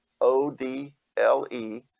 O-D-L-E